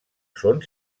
són